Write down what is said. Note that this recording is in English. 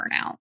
burnout